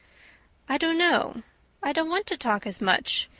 i don't know i don't want to talk as much,